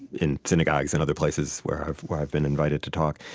in synagogues and other places where i've where i've been invited to talk.